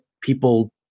people